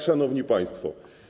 Szanowni Państwo!